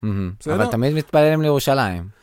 אבל תמיד מתפללים לירושלים.